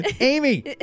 amy